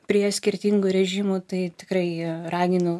prie skirtingų režimų tai tikrai raginu